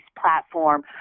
platform